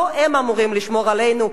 לא הם אמורים לשמור עלינו,